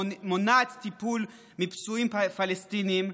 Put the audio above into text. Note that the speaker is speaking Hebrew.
מונעת טיפול מפצועים פלסטינים.